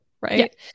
right